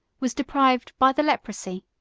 was deprived, by the leprosy,